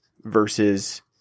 versus